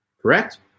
Correct